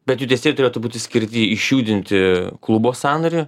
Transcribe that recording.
bet judesiai turėtų būti skirti išjudinti klubo sąnarį